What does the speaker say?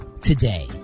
Today